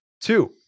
Two